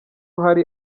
hari